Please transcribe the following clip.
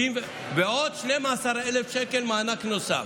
ועוד 12,000 שקלים מענק נוסף.